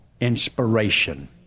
inspiration